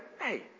hey